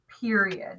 period